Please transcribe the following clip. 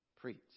preach